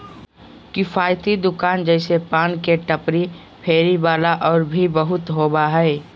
किफ़ायती दुकान जैसे पान के टपरी, फेरी वाला और भी बहुत होबा हइ